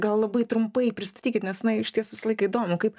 gal labai trumpai pristatykit nes na išties visą laiką įdomu kaip